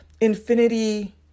Infinity